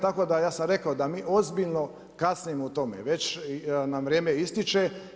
Tako da sam ja rekao da mi ozbiljno kasnimo u tome, već na vrijeme ističe.